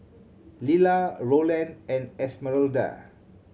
Lilla Rowland and Esmeralda